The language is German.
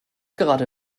gerade